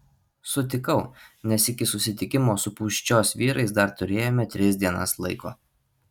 sutikau nes iki susitikimo su pūščios vyrais dar turėjome tris dienas laiko